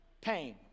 pain